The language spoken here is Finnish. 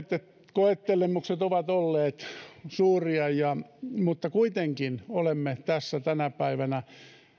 koettelemukset ovat olleet suuria mutta kuitenkin olemme tässä tänä päivänä